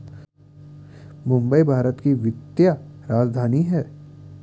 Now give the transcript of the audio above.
मुंबई भारत की वित्तीय राजधानी है